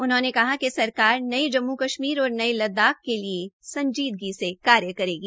उन्होंने कहा कि सरकार नये जम्मू कश्मीर और नये लद्दाख के लिये संजीदगी से कार्य करेगी